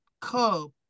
cub